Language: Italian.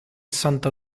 santa